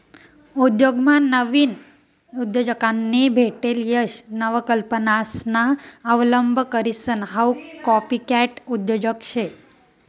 उद्योगमा नाविन उद्योजकांनी भेटेल यश नवकल्पनासना अवलंब करीसन हाऊ कॉपीकॅट उद्योजक शे